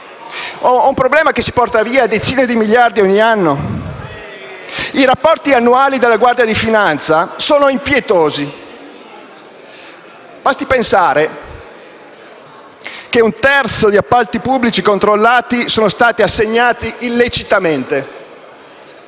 È un problema che si porta via decine di miliardi ogni anno. I rapporti annuali della Guardia di finanza sono impietosi. Basti pensare che un terzo degli appalti pubblici controllati sono stati assegnati illecitamente,